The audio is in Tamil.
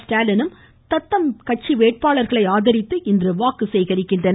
ஸ்டாலினும் தத்தம் வேட்பாளர்களை ஆதரித்து இன்று வாக்கு சேகரிக்கின்றனர்